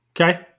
Okay